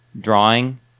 drawing